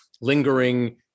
lingering